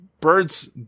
birds